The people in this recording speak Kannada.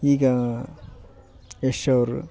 ಈಗ ಯಶ್ ಅವರು